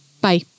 bye